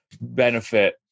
benefit